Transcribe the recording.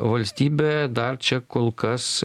valstybė dar čia kol kas